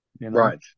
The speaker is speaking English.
Right